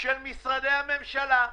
של משרדי הממשלה.